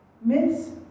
Miss